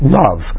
love